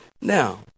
Now